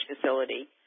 facility